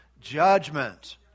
judgment